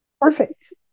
perfect